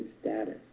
status